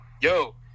Yo